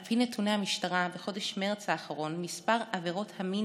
על פי נתוני המשטרה בחודש מרץ האחרון מספר עבירות המין